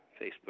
Facebook